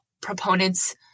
proponents